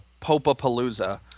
popapalooza